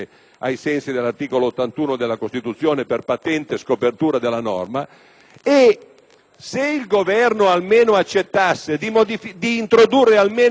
Se il Governo accettasse di introdurre almeno una data dopo la quale tale procedura non sia più attivabile,